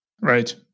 Right